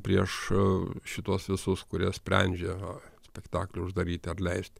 prieš šituos visus kurie sprendžia spektaklį uždaryti ar leisti